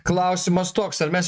klausimas toks ar mes